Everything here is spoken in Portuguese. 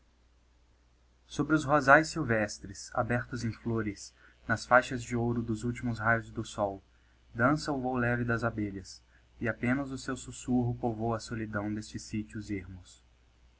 sobre os rosaes silvestres abertos em flores nas faixas de ouro dos últimos raios do sol dansa o vôo leve das abelhas e apenas o seu sussurro povoa a solidão destes sítios ermos